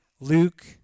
Luke